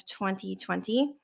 2020